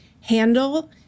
handle